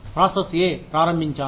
నేను ప్రాసెస్ ఏ ప్రారంభించాను